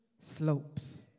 slopes